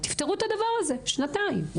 תפתרו את הדבר הזה שנתיים.